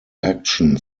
action